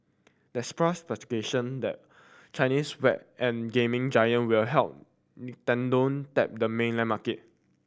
that spurred speculation the Chinese web and gaming giant will help Nintendo tap the mainland market